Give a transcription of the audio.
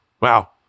Wow